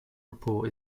report